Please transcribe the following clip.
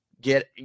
get